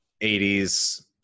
80s